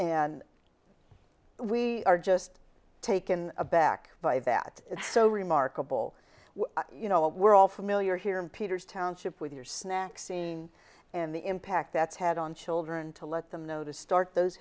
and we are just taken aback by that so remarkable you know we're all familiar here in peter's township with your snack scene and the impact that's had on children to let them know to start those